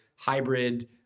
hybrid